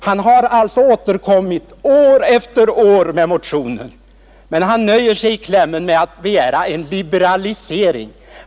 Han har återkommit år efter år med motionen, men i klämmen nöjer han sig med att begära en liberalisering.